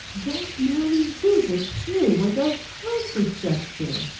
that morning visit, too, was of her suggestion